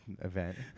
event